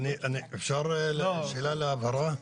אפשר שאלה להבהרה?